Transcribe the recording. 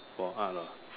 for art lor